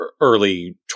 early